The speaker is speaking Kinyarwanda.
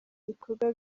ibikorwa